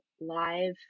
live